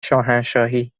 شاهنشاهی